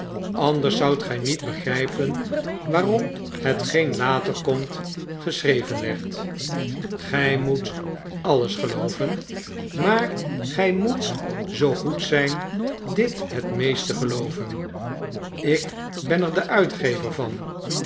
anders zoudt gg niet begrgpen waarom hetgeen later komt geschreven werd gj moet alles gelooven maar gij moet zoo goed zyn dit het roeest te gelooven ik ben er de uitgever van